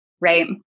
right